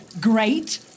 great